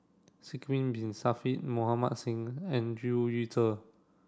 Sidek Bin Saniff Mohan Singh and Zhu Yu Ze